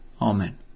amen